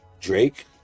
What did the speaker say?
drake